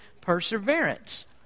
perseverance